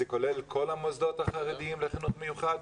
זה כולל את כל המוסדות החרדיים לחינוך מיוחד,